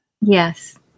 Yes